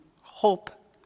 Hope